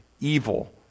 evil